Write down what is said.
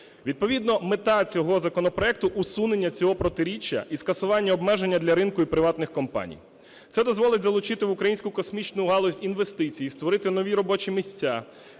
Відповідно мета цього законопроекту – усунення цього протиріччя і скасування обмеження для ринку і приватних компаній. Це дозволить залучити в українську космічну галузь інвестиції, створити нові робочі місця